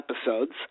episodes